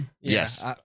Yes